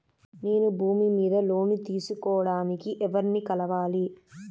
నేను భూమి మీద లోను తీసుకోడానికి ఎవర్ని కలవాలి?